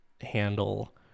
handle